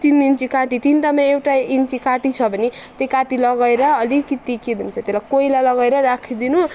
तिन इन्ची काँटी तिनवटामा एउटा इन्ची काँटी छ भने त्यो काँटी लगाएर अलिकति के भन्छ त्यसलाई कोइला लगाएर राखिदिनु